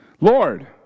Lord